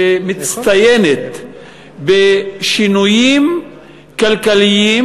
שמצטיינת בשינויים כלכליים,